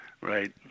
Right